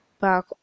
back